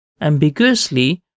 ambiguously